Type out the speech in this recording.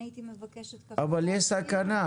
אני הייתי מבקשת --- אבל יש סכנה,